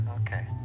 Okay